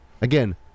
Again